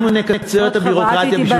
אנחנו נקצר את הביורוקרטיה.